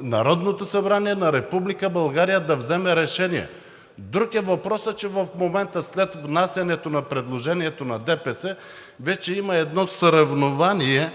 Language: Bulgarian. Народното събрание на Република България да вземе решение. Друг е въпросът, че в момента след внасянето на предложението на ДПС вече има едно съревнование